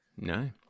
no